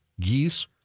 geese